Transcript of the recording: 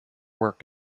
work